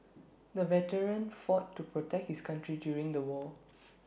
the veteran fought to protect his country during the war